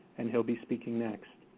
and he will be speaking next.